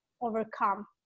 overcome